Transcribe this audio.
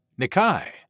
Nikai